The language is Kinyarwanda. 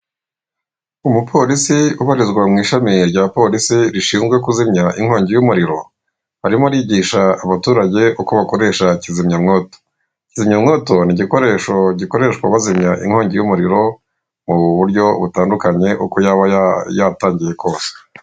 Umupolisi ubarizwa mw'ishami rya polisi rushinzwe kuzimya inkongi y'umuriro, arimo arigisha abaturage uko bakoresha kizimyamwoto. Kizimyamwoto ni igikoresho gikoreshwa bazimya inkongi y'umuriro mu buryo butandukanye uko yaba yatangiye kose.